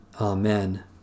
Amen